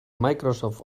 microsoft